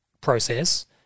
process